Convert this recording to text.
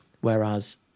Whereas